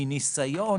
מניסיון,